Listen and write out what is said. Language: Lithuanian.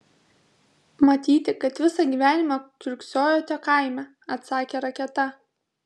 matyti kad visą gyvenimą kiurksojote kaime atsakė raketa